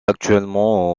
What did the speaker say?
actuellement